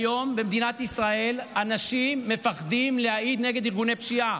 כיום במדינת ישראל אנשים מפחדים להעיד נגד ארגוני פשיעה,